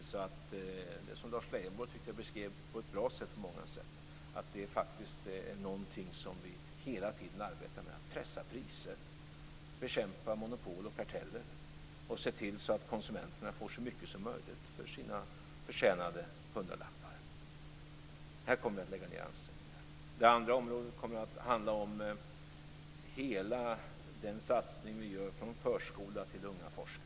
Lars Leijonborg beskrev på ett bra sätt att vi hela tiden arbetar med att pressa priser, bekämpa monopol och karteller och se till att konsumenterna får så mycket som möjligt för sina förtjänade hundralappar. Här kommer vi att lägga ned ansträngningar. Det andra området kommer att handla om hela den satsning vi gör från förskola till unga forskare.